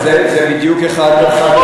אבל זה בדיוק אחד הסעיפים,